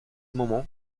moment